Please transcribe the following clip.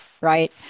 right